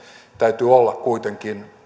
täytyy olla kuitenkin